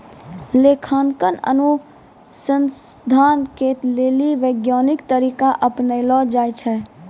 लेखांकन अनुसन्धान के लेली वैज्ञानिक तरीका अपनैलो जाय छै